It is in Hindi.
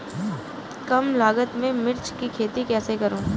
कम लागत में मिर्च की खेती कैसे करूँ?